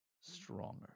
stronger